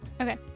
Okay